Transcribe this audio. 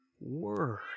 word